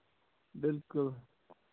بِلکُل